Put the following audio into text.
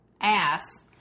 ass